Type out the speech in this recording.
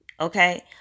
Okay